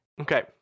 Okay